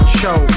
show